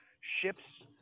ships